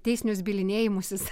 teisinius bylinėjimusis